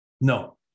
No